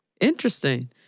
Interesting